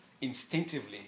instinctively